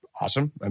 awesome